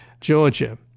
Georgia